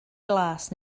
glas